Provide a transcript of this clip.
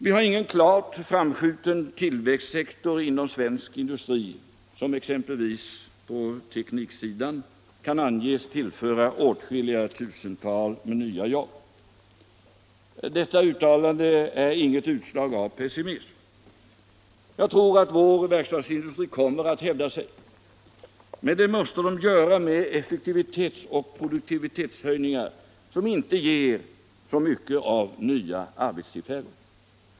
Vi har ingen klart framskjuten tillväxtsektor inom svensk industri, som exempelvis på tekniksidan kan anges tillföra oss åtskilliga tusental nya jobb. Detta uttalande är inget utslag av pessimism. Jag tror att vår verkstadsindustri kommer att hävda sig. Men det måste den göra genom effektivitetsoch produktivitetshöjningar som inte ger så mycket av nya arbetstillfällen.